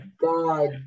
God